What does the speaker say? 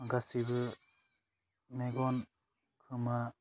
गासैबो मेगन खोमा